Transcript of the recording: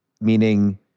Meaning